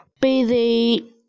busy